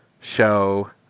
show